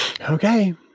Okay